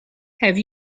have